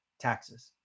taxes